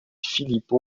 filippo